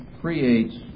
creates